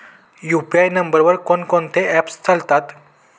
UPI नंबरवर कोण कोणते ऍप्स चालतात?